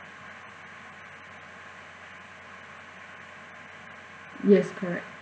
yes correct